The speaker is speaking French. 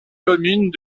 commune